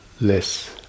less